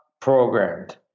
programmed